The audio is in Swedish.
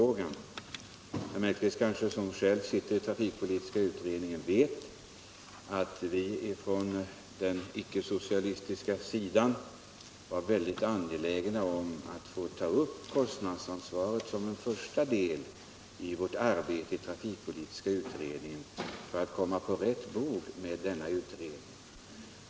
Herr Mellqvist, som själv sitter i trafikpolitiska utredningen, vet att vi på den icke-socialistiska sidan var mycket angelägna om att få ta upp kostnadsansvaret först i vårt arbete för att komma på rätt bog med denna utredning.